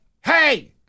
hey